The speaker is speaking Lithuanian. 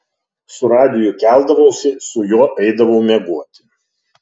su radiju keldavausi su juo eidavau miegoti